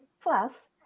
plus